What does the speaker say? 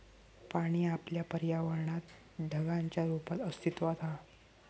पाणी आपल्या पर्यावरणात ढगांच्या रुपात अस्तित्त्वात हा